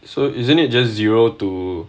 so isn't it just zero to